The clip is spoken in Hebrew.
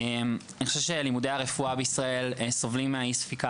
לימודי הרפואה בישראל סובלים מאי ספיקה